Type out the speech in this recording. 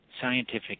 scientific